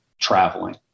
traveling